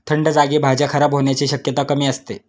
थंड जागी भाज्या खराब होण्याची शक्यता कमी असते